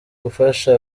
gufasha